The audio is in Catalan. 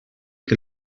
que